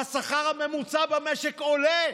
מרגי, קרעי,